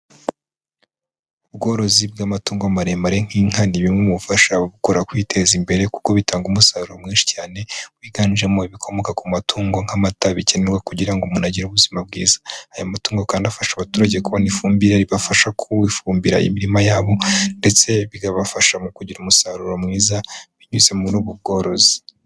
Ubworozi bw'amatungo maremare nk'inka ni bimwe mu bifasha gukora kwiteza imbere kuko bitanga umusaruro mwinshi cyane wiganjemo ibikomoka ku matungo nk'amata bikenewe kugira ngo umuntu agire ubuzima bwiza. Aya matungo kandi afasha abaturage kubona ifumbire ibafasha gufumbira imirima yabo ndetse ikabafasha mu kugira umusaruro mwiza binyuze muri ubu bworozi.